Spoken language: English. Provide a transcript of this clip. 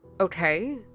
Okay